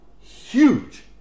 huge